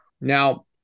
Now